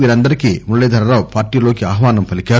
వీరందరికీ మురళీధరరావు పార్టీకిలోకి ఆహ్యానం పలికారు